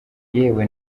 yewe